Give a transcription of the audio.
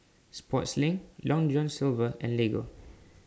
Sportslink Long John Silver and Lego